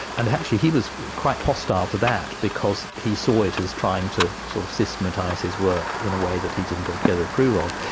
and actually he was quite hostile to that, because he saw it as trying to sort of systematise his work in a way that he didn't altogether approve of.